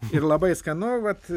ir labai skanu vat